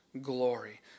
glory